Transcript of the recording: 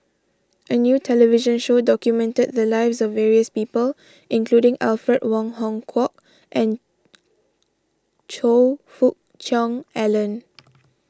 a new television show documented the lives of various people including Alfred Wong Hong Kwok and Choe Fook Cheong Alan